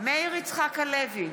מאיר יצחק הלוי,